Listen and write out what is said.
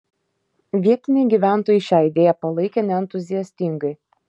vietiniai gyventojai šią idėją palaikė neentuziastingai